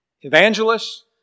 evangelists